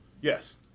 Yes